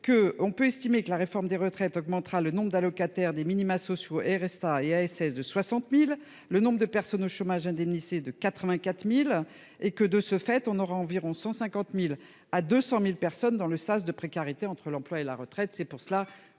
on peut estimer que la réforme des retraites augmentera le nombre d'allocataires des minima sociaux. RSA et l'ASS de 60.000 le nombre de personnes au chômage indemnisé de 84.000 et que de ce fait on aura environ 150.000 à 200.000 personnes dans le sas de précarité entre l'emploi et la retraite,